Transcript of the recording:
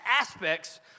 aspects